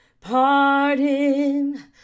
pardon